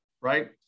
right